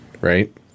Right